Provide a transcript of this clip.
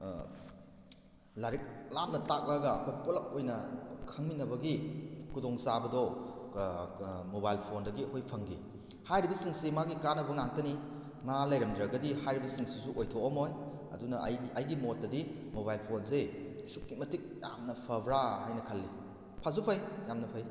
ꯂꯥꯏꯔꯤꯛ ꯂꯥꯞꯅ ꯇꯥꯛꯂꯒ ꯑꯩꯈꯣꯏ ꯄꯨꯂꯞ ꯑꯣꯏꯅ ꯈꯪꯃꯤꯟꯅꯕꯒꯤ ꯈꯨꯗꯣꯡ ꯆꯥꯕꯗꯣ ꯃꯣꯕꯥꯏꯜ ꯐꯣꯟꯗꯒꯤ ꯑꯩꯈꯣꯏ ꯐꯪꯈꯤ ꯍꯥꯏꯔꯤꯕꯁꯤꯡꯁꯤ ꯃꯥꯒꯤ ꯀꯥꯟꯅꯕ ꯉꯛꯇꯅꯤ ꯃꯥ ꯂꯩꯔꯝꯗ꯭ꯔꯒꯗꯤ ꯍꯥꯏꯔꯤꯕꯁꯤꯡꯁꯤꯁꯨ ꯑꯣꯏꯊꯣꯛꯂꯝꯃꯣꯏ ꯑꯗꯨꯅ ꯑꯩꯒꯤ ꯃꯣꯠꯇꯗꯤ ꯃꯣꯕꯥꯏꯜ ꯐꯣꯟꯁꯦ ꯑꯁꯨꯛꯀꯤ ꯃꯇꯤꯛ ꯌꯥꯝꯅ ꯐꯕ꯭ꯔꯥ ꯍꯥꯏꯅ ꯈꯜꯂꯤ ꯐꯁꯨ ꯐꯩ ꯌꯥꯝꯅ ꯐꯩ